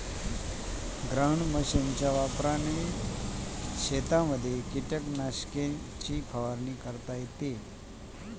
ground मशीनना वापर करी शेतसमा किटकनाशके नी फवारणी करता येस